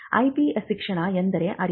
IP ಶಿಕ್ಷಣ ಎಂದರೆ ಅರಿವು